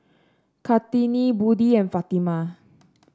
Kartini Budi and Fatimah